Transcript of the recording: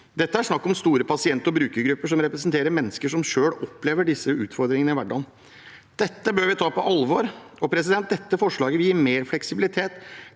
Dette er snakk om store pasientog brukergrupper som representerer mennesker som selv opplever disse utfordringene i hverdagen. Det bør vi ta på alvor. Dette forslaget vil gi mer fleksibilitet